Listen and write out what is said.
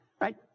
right